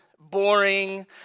boring